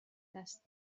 است